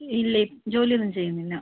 ഇല്ല ജോലിയൊന്നും ചെയ്യുന്നില്ല